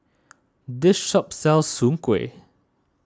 this shop sells Soon Kway